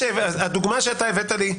הדוגמה שאתה הבאת לי,